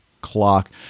clock